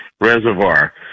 reservoir